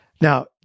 Now